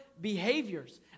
behaviors